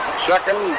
Second